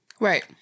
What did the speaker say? Right